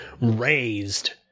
raised